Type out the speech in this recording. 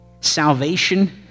Salvation